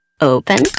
Open